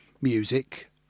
music